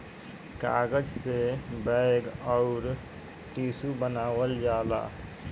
कागज से बैग अउर टिशू बनावल जाला